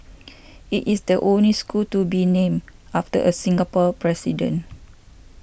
it is the only school to be named after a Singapore president